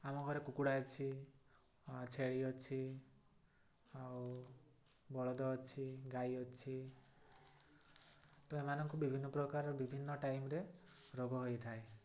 ଆମ ଘରେ କୁକୁଡ଼ା ଅଛି ଛେଳି ଅଛି ଆଉ ବଳଦ ଅଛି ଗାଈ ଅଛି ତ ଏମାନଙ୍କୁ ବିଭିନ୍ନ ପ୍ରକାର ବିଭିନ୍ନ ଟାଇମ୍ରେ ରୋଗ ହେଇଥାଏ